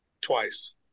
twice